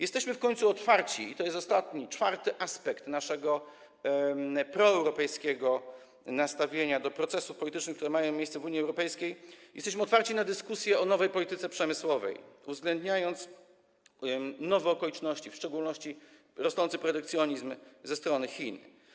Jesteśmy w końcu otwarci - i to jest ostatni, czwarty aspekt naszego proeuropejskiego nastawienia do procesów politycznych, które mają miejsce w Unii Europejskiej - na dyskusję o nowej polityce przemysłowej i uwzględnienie nowych okoliczności, w szczególności rosnącego protekcjonizmu ze strony Chin.